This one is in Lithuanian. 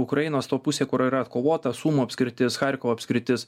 ukrainos toj pusėj kur yra atkovota sumo apskritis charkovo apskritis